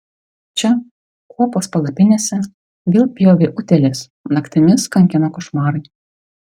čia kuopos palapinėse vėl pjovė utėlės naktimis kankino košmarai